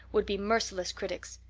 would be merciless critics.